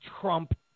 trump